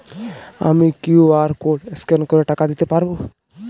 আমি QR code scan করে টাকা দিতে পারবো?